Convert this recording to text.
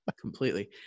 completely